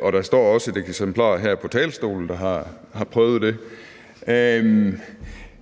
og der står også et eksemplar her på talerstolen af en, der har prøvet det.